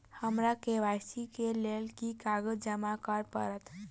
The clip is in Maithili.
हमरा के.वाई.सी केँ लेल केँ कागज जमा करऽ पड़त?